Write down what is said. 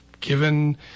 given